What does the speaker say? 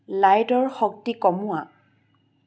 লাইটৰ শক্তি কমোৱা